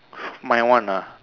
my one ah